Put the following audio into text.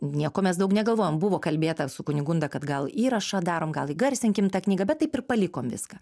nieko mes daug negalvojom buvo kalbėta su kunigunda kad gal įrašą darom gal ir garsinkim tą knygą bet taip ir palikom viską